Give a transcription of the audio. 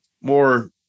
more